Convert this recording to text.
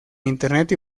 internet